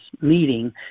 meeting